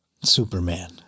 Superman